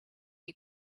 you